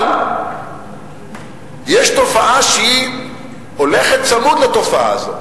אבל יש תופעה שהולכת צמוד לתופעה הזו: